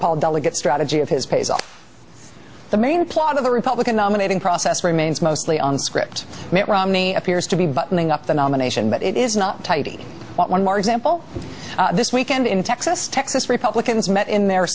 paul delegate strategy of his pays off the main plot of the republican nominating process remains mostly on script mitt romney appears to be buttoning up the nomination but it is not one more example this weekend in texas texas republicans met in the